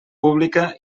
pública